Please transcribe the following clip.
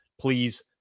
please